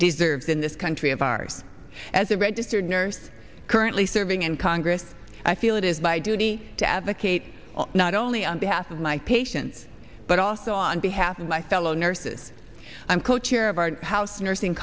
deserves in this country of ours as a registered nurse currently serving in congress i feel it is by duty to advocate not only on behalf of my patients but also on behalf of my fellow nurses i'm co chair of our house nursing